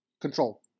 control